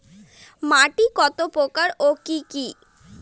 মাটি কত প্রকার ও কি কি?